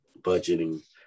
budgeting